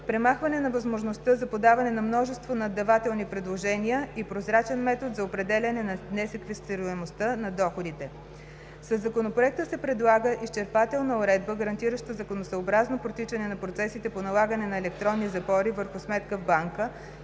премахване на възможността за подаване на множество наддавателни предложения и прозрачен метод за определяне на несеквестируемостта на доходите. Със Законопроекта се предлага изчерпателна уредба, гарантираща законосъобразно протичане на процесите по налагане на електронни запори върху сметка в банка